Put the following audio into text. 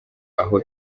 aho